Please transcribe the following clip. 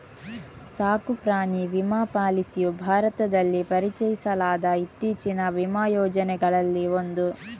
ಸಾಕು ಪ್ರಾಣಿ ವಿಮಾ ಪಾಲಿಸಿಯು ಭಾರತದಲ್ಲಿ ಪರಿಚಯಿಸಲಾದ ಇತ್ತೀಚಿನ ವಿಮಾ ಯೋಜನೆಗಳಲ್ಲಿ ಒಂದು